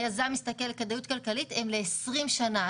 היזם מסתכל על כדאיות כלכלית הם לעשרים שנה.